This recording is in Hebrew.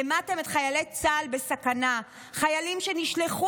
העמדתם את חיילי צה"ל בסכנה: חיילים שנשלחו